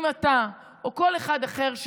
אם אתה או כל אחד אחר,